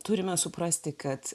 turime suprasti kad